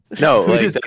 no